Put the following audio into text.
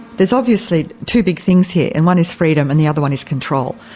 there's obviously two big things here, and one is freedom and the other one is control,